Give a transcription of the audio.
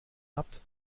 habt